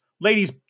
Ladies